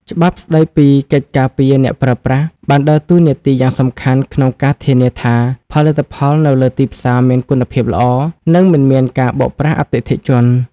ច្បាប់ស្ដីពីកិច្ចការពារអ្នកប្រើប្រាស់ បានដើរតួនាទីយ៉ាងសំខាន់ក្នុងការធានាថា ផលិតផលនៅលើទីផ្សារមានគុណភាពល្អ និងមិនមានការបោកប្រាស់អតិថិជន។